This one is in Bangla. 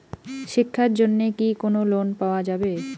শিক্ষার জন্যে কি কোনো লোন পাওয়া যাবে?